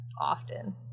often